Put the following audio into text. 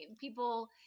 people